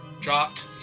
dropped